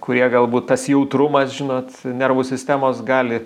kurie galbūt tas jautrumas žinot nervų sistemos gali